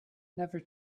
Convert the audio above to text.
never